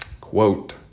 Quote